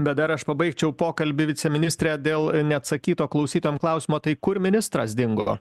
bet dar aš pabaigčiau pokalbį viceministre dėl neatsakyto klausytojam klausimo tai kur ministras dingo